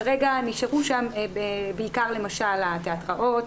כרגע נשארו שם בעיקר, למשל התיאטראות,